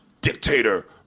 dictator